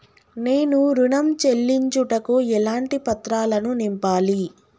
నేను ఋణం చెల్లించుటకు ఎలాంటి పత్రాలను నింపాలి?